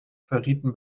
verrieten